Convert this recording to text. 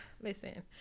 Listen